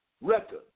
record